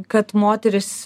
kad moteris